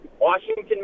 Washington